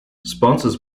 sponsors